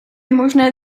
možné